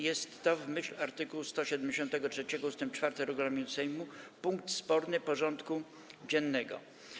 Jest to w myśl art. 173 ust. 4 regulaminu Sejmu punkt sporny porządku dziennego.